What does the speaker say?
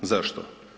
Zašto?